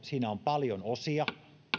siinä on paljon osia